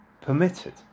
permitted